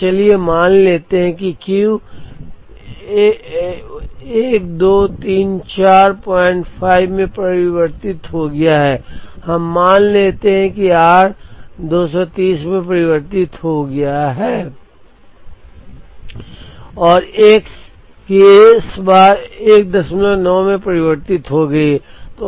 तो चलिए मान लेते हैं कि Q 12345 में परिवर्तित हो गया है हम मान लेते हैं कि r 230 में परिवर्तित हो गया है और x की S बार 19 में परिवर्तित हो गई है